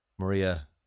Maria